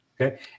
okay